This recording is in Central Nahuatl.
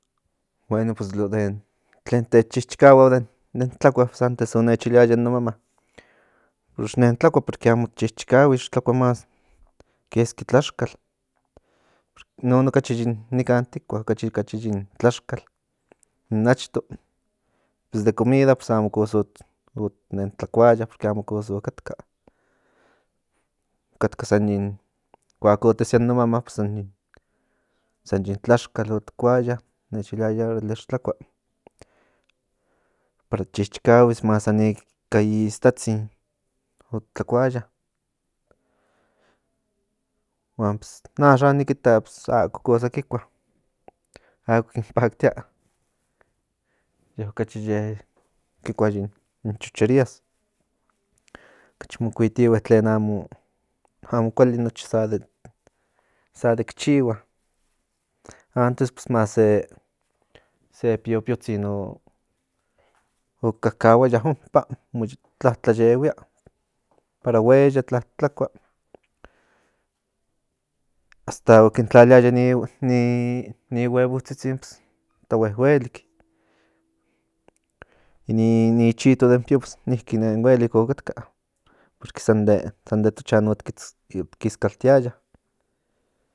Bueno pues lo de tlen tech chichikahua den tlakua pue antes o nech iliaya in no mamá ye xnen tlakua porque amo ti chichikahui tlakua mas keski tlaxkal yin non okachi nikan tikua yin tlaxkal in achto pues de comida amo cosa ot nen tlakuaya porque amo cosa o katka okatka san yin kuak o tesia in no mamá san yin tlaxkal ot kuakua o nech iliaya órale xi tlakua para ti chichikahuis más san ika iistatzin ot tlakuaya huan axan nik kita pues ako cosa kikua ako kin paktia ye okachi kikua yin chucherias okachi mo kuitihue tlen amo kuali nochi sa de kichihua antes más se pipiltontzin ok kakahuaya ompa montlatlayehuia para hueyas tlakua hasta o kin tlaliaya i no huevotsitsin hasta huehuelik in ni chito den pio pues niki nen huelik okatka porque san de tochan ot kiskaltiaya